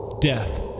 death